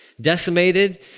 decimated